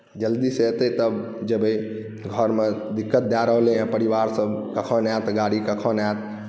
जल्दीसँ एतै तब जेबै घरमे दिक्क्त दए रहलै हे परिवारसभ कखन आयत गाड़ी कखन आयत